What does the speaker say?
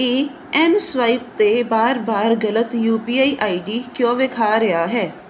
ਇਹ ਐਮਸਵਾਇਪ 'ਤੇ ਵਾਰ ਵਾਰ ਗ਼ਲਤ U P I I D ਕਿਉਂ ਵਿਖਾ ਰਿਹਾ ਹੈ